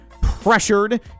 pressured